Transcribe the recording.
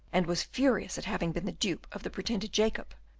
and was furious at having been the dupe of the pretended jacob,